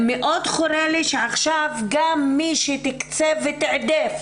מאוד חורה לי שעכשיו גם מי שתקצב ותיעדף